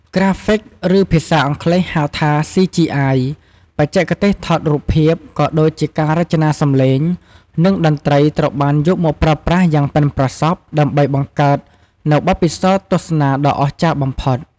ក្រាហ្វិក ឬភាសាអង់គ្លេសហៅថា CGI បច្ចេកទេសថតរូបភាព ក៏ដូចជាការរចនាសំឡេង និងតន្ត្រីត្រូវបានយកមកប្រើប្រាស់យ៉ាងប៉ិនប្រសប់ដើម្បីបង្កើតនូវបទពិសោធន៍ទស្សនាដ៏អស្ចារ្យបំផុត។